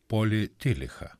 polį tilichą